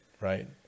Right